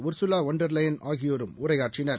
Ursula von der Leyen ஆகியோரும் உரையாற்றினர்